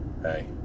hey